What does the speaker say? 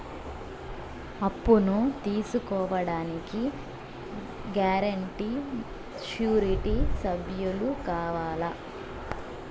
అప్పును తీసుకోడానికి guarantee, surety సభ్యులు కావాలా?